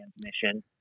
transmission